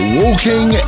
walking